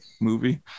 movie